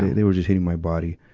they were just hitting my body.